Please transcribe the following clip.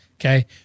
Okay